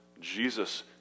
Jesus